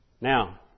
Now